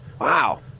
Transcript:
Wow